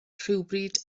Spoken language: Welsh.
rhywbryd